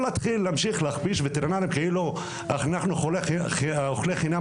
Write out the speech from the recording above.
אבל להמשיך להכפיש וטרינרים כאילו אנחנו אוכלי חינם,